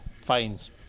fines